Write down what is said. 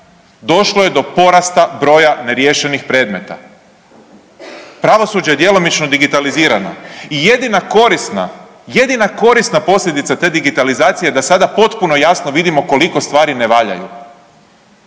došlo je do porasta broja neriješenih predmeta. Pravosuđe je djelomično digitalizirano i jedina korisna posljedica te digitalizacije je da sada potpuno jasno vidimo koliko stvari ne valjaju.